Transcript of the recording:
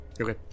okay